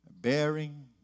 bearing